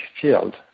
field